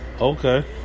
Okay